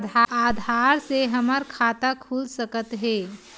आधार से हमर खाता खुल सकत हे?